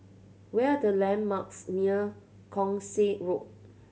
where the landmarks near Keong Saik Road